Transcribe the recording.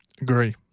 agree